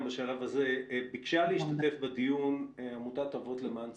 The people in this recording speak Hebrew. ביקשה להשתתף בדיון עמותת אבות למען צדק.